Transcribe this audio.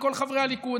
מכל חברי הליכוד,